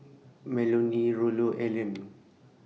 Melonie Rollo Alleen